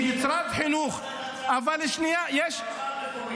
כי משרד החינוך ------ מועצה מקומית,